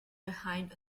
behind